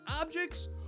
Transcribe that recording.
objects